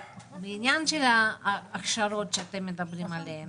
לעניין ההכשרות עליהן דיברתם כאן.